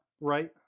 right